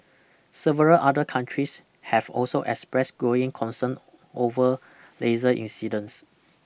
several other countries have also expressed growing concern over laser incidents